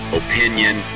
opinion